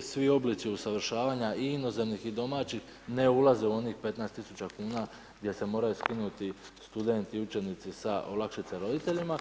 svi oblici usavršavanja i inozemnih i domaćih ne ulaze u onih 15 tisuća kuna gdje se moraju skinuti studenti i učenici sa olakšice roditeljima.